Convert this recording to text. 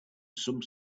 some